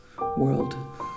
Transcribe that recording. world